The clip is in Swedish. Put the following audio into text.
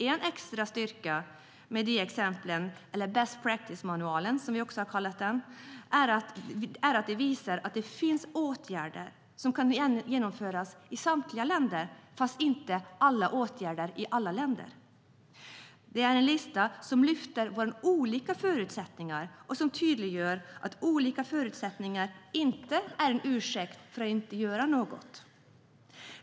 En extra styrka med exemplen i best practice-manualen, som vi kallar den, är att de visar att det finns åtgärder som kan genomföras i samtliga länder, fast inte alla åtgärder i alla länder. Det är en lista som lyfter upp våra olika förutsättningar och tydliggör att olika förutsättningar inte är en ursäkt för att inte göra något.